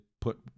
put –